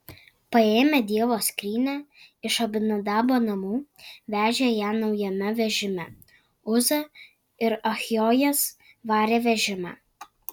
paėmę dievo skrynią iš abinadabo namų vežė ją naujame vežime uza ir achjojas varė vežimą